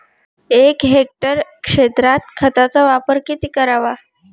एक हेक्टर क्षेत्रात खताचा वापर किती करावा?